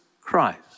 Christ